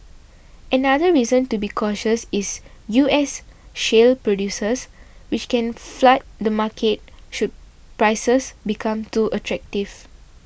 another reason to be cautious is U S shale producers which can flood the market should prices become too attractive